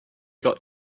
got